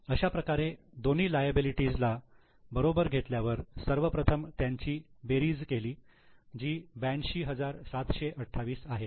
अशाप्रकारे दोन्ही लायबिलिटीजला बरोबर घेतल्यावर सर्वप्रथम त्यांची बेरीज केली जी 82728 आहे